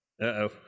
Uh-oh